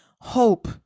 hope